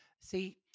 See